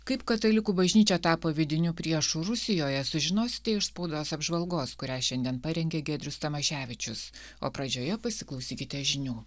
kaip katalikų bažnyčia tapo vidiniu priešu rusijoje sužinosite iš spaudos apžvalgos kurią šiandien parengė giedrius tamaševičius o pradžioje pasiklausykite žinių